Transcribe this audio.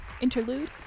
interlude